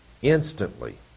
instantly